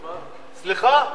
סליחה.